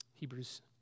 Hebrews